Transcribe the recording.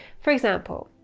for example,